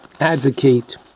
advocate